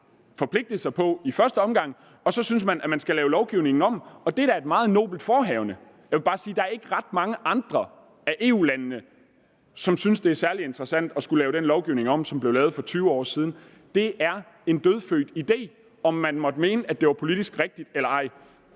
forpligtet sig til i første omgang, og så synes man, at lovgivningen skal laves om. Og det er da et meget nobelt forehavende, men jeg vil bare sige, at der ikke er ret mange andre af EU-landene, som synes, at det er særlig interessant at skulle lave den lovgivning om, som blev lavet for 20 år siden. Det er en dødfødt idé, uanset om man måtte mene, at det er politisk rigtigt eller ej.